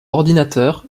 ordinateur